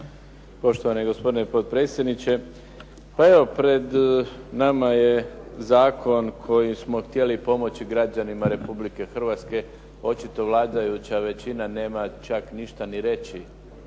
Poštovani gospodine potpredsjedniče. Pa evo pred nama je zakon koji smo htjeli pomoći građanima Republike Hrvatske, očito vladajuća većina nema čak ništa ni reći